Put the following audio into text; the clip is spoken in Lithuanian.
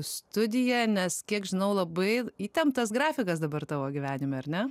studiją nes kiek žinau labai įtemptas grafikas dabar tavo gyvenime ar ne